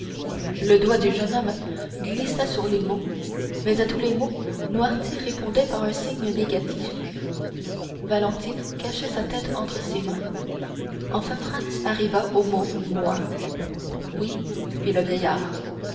le doigt du jeune homme glissa sur les mots mais à tous les mots noirtier répondait par un signe négatif valentine cachait sa tête entre ses mains enfin franz arriva au mot moi oui fit le vieillard